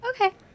Okay